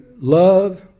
love